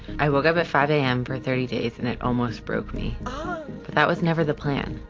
i woke up at five a m. for thirty days and it almost broke me. but that was never the plan.